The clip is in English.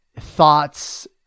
thoughts